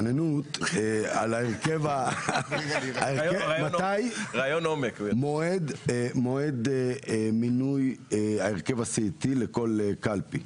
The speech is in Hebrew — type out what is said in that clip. להתרעננות על מתי מועד מינוי ההרכב הסיעתי לכל קלפי,